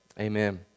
amen